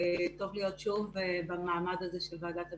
טוב להיות שוב במעמד הזה של ועדת הביקורת,